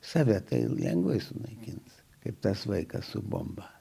save taip lengvai sunaikins kaip tas vaikas su bomba